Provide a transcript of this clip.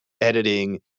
editing